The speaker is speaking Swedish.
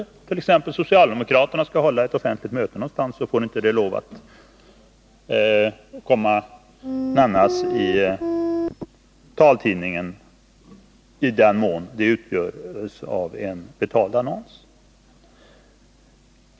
Om t.ex. socialdemokraterna skulle hålla ett offentligt möte någonstans, så får det inte lov att nämnas i taltidningen, i den mån meddelandet utgörs av en betald annons.